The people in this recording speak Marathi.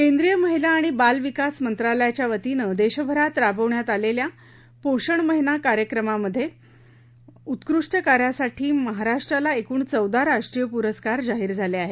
केंद्रीय महिला आणि बाल विकास मंत्रालयाच्यावतीनं देशभरात राबवण्यात आलेल्या पोषण महिना कार्यक्रमामध्ये उत्कृष्ट कार्यासाठी महाराष्ट्राला एकूण चौदा राष्ट्रीय पुरस्कार जाहीर झाले आहेत